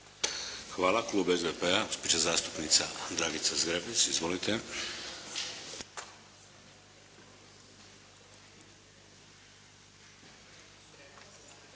Hvala. Klub SDP-a gospođa zastupnica Dragica Zgrebec. Izvolite.